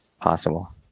possible